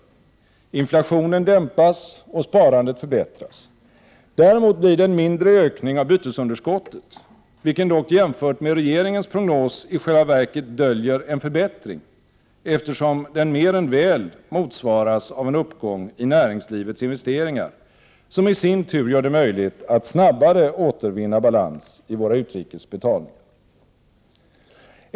Inflationen dämpas och sparandet förbättras. Däremot blir det en mindre ökning av bytesunderskottet, vilken dock jämfört med regeringens prognos i själva verket döljer en förbättring, eftersom den mer än väl motsvaras av en uppgång i näringslivets investeringar, som i sin tur gör det möjligt att snabbare återvinna balans i våra utrikes betalningar.